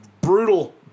Brutal